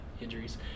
injuries